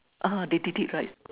ah they did it right